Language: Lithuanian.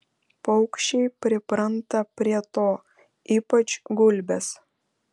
paukščiai pripranta prie to ypač gulbės